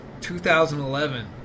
2011